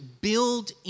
build